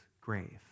grave